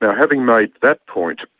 yeah having made that point,